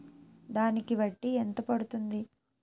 దానికి వడ్డీ ఎంత పడుతుంది?